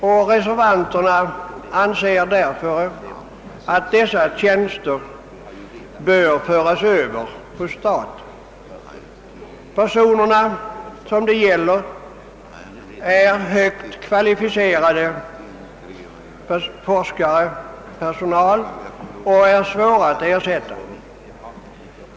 Därför anser reservanterna att de tjänsterna bör föras över på stat. De personer det här gäller är högt kvalificerade forskare, som är svåra att ersätta.